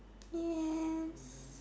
yes